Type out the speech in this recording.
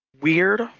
weird